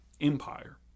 empire